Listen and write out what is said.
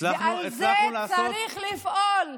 הצלחנו לעשות, לזה צריך לפעול.